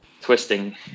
twisting